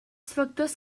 factors